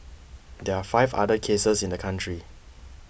there are five other cases in the country